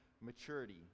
maturity